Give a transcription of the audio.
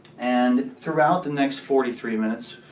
and throughout the next forty three minutes,